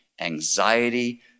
anxiety